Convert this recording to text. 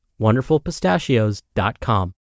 wonderfulpistachios.com